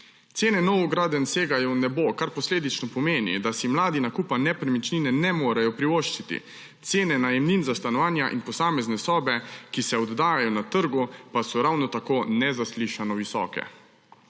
Cene novogradenj segajo v nebo, kar posledično pomeni, da si mladi nakupa nepremičnine ne morejo privoščiti. Cene najemnin za stanovanja in posamezne sobe, ki se oddajajo na trgu, pa so ravno tako nezaslišano visoke.